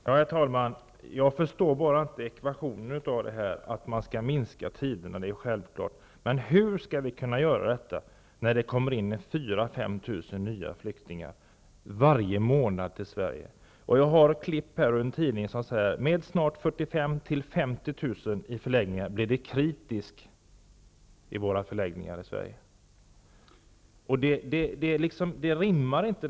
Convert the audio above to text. Herr talman! Jag förstår inte den här ekvationen. Det är självklart att vi skall förkorta tiderna, men hur skall vi kunna göra detta när det till Sverige kommer 4 000--5 000 nya flyktingar varje månad? Jag har här ett klipp ur en tidning där man skriver: Med snart 45 000--50 000 i förläggningar blir det kritiskt i våra förläggningar i Sverige. Det här rimmar inte.